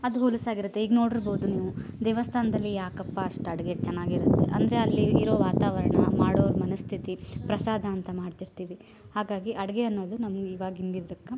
ಅದು ಹೊಲ್ಸಾಗಿರುತ್ತೆ ಈಗ ನೋಡಿರ್ಬೋದು ನೀವು ದೇವಸ್ಥಾನದಲ್ಲಿ ಯಾಕಪ್ಪ ಅಷ್ಟು ಅಡುಗೆ ಚೆನ್ನಾಗಿರುತ್ತೆ ಅಂದರೆ ಅಲ್ಲಿ ಇರೋ ವಾತವರಣ ಮಾಡೋವ್ರ ಮನಸ್ಥಿತಿ ಪ್ರಸಾದ ಅಂತ ಮಾಡ್ತಿರ್ತೀವಿ ಹಾಗಾಗಿ ಅಡುಗೆ ಅನ್ನೋದು ನಮ್ಗೆ ಇವಗಿನ ಇದಕ್ಕೆ